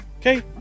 Okay